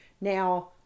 Now